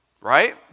right